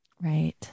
right